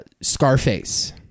Scarface